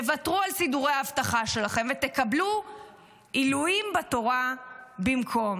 תוותרו על סידורי האבטחה שלכם ותקבלו עילויים בתורה במקום.